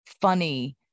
funny